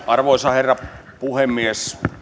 arvoisa herra puhemies